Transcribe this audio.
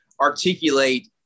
articulate